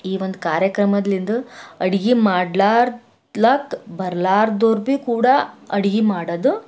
ಈ ಒಂದು ಕಾರ್ಯಕ್ರಮದ್ಲಿಂದು ಅಡುಗೆ ಮಾಡ್ಲಾರ್ದ್ಲಾಕ್ಬರ್ಲಾರ್ದೊರ್ಬಿ ಕೂಡಾ ಅಡುಗೆ ಮಾಡೋದು